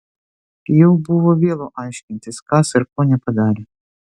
jau buvo vėlu aiškintis kas ir ko nepadarė